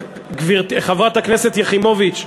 גברתי, חברת הכנסת יחימוביץ,